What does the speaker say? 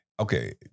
okay